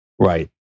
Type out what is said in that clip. Right